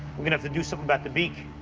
we're gonna have to do something about the beak.